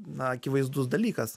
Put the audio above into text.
na akivaizdus dalykas